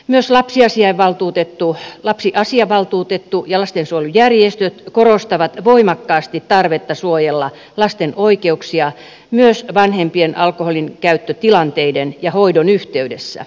myös lapsiasiavaltuutettu ja lastensuojelujärjestöt korostavat voimakkaasti tarvetta suojella lasten oikeuksia myös vanhempien alkoholinkäyttötilanteiden ja hoidon yhteydessä